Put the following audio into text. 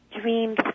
dreams